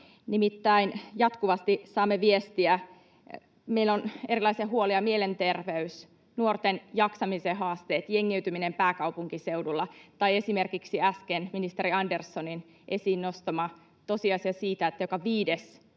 Nimittäin jatkuvasti saamme viestiä, meillä on erilaisia huolia: mielenterveys, nuorten jaksamisen haasteet, jengiytyminen pääkaupunkiseudulla tai esimerkiksi äsken ministeri Anderssonin esiin nostama tosiasia siitä, että joka viides